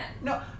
No